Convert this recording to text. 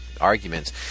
arguments